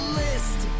list